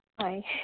Hi